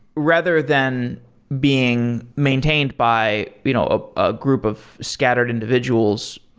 rather than being maintained by you know ah a group of scattered individuals,